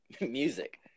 music